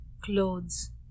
clothes